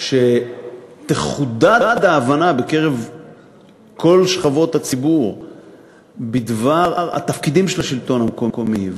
שכשתחודד ההבנה בקרב כל שכבות הציבור בדבר התפקידים של השלטון המקומי,